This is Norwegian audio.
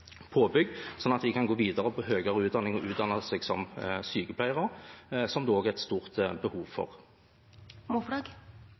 påbygg, slik at de kan gå videre på høyere utdanning og utdanne seg som sykepleiere, som det også er stort behov